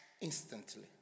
instantly